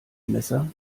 messer